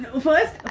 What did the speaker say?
First